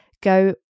go